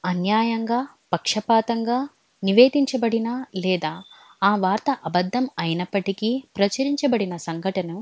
అన్యాయంగా పక్షపాతంగా నివేదించబడిన లేదా ఆ వార్త అబద్ధం అయినప్పటికీ ప్రచురించబడిన సంఘటనను